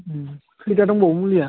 खैथा दंबावो मुलिया